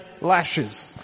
lashes